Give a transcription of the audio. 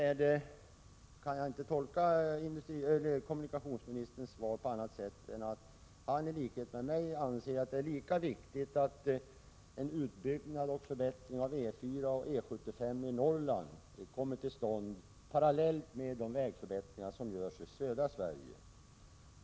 Jag kan inte tolka kommunikationsministerns svar på annat sätt än att han i likhet med mig anser att det är viktigt att en utbyggnad av E 4 och E 75 i Norrland kommer till stånd parallellt med de vägförbättringar som görs i södra Sverige.